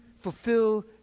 fulfill